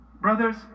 Brothers